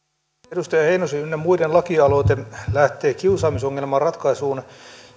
edustaja heinosen ynnä muiden lakialoite lähtee kiusaamisongelman ratkaisuun